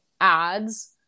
ads